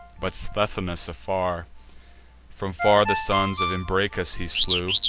but sthenelus afar from far the sons of imbracus he slew,